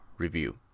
review